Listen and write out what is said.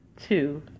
two